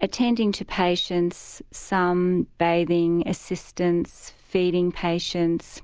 attending to patients, some bathing assistance, feeding patients,